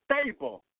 stable